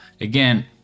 Again